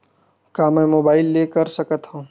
का मै मोबाइल ले कर सकत हव?